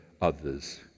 others